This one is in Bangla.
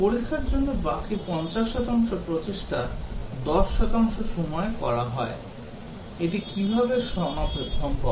পরীক্ষার জন্য বাকি 50 শতাংশ প্রচেষ্টা 10 শতাংশ সময়ে করা হয় এটি কীভাবে সম্ভব